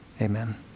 amen